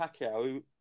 Pacquiao